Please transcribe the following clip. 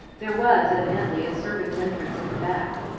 there was evidently a servants' entrance at the back,